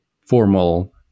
formal